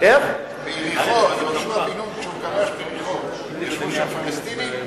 יהושע בן נון, איך?